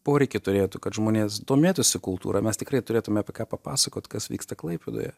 poreikį turėtų kad žmonės domėtųsi kultūra mes tikrai turėtume apie ką papasakot kas vyksta klaipėdoje